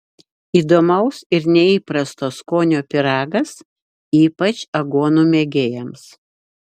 įdomaus ir neįprasto skonio pyragas ypač aguonų mėgėjams